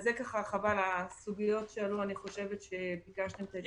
אני חושבת שאלה הסוגיות שעלו וביקשתם את ההתייחסות שלנו.